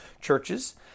churches